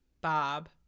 Bob